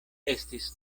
estis